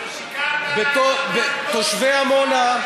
ששיקרת להם, תושבי עמונה.